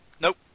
Nope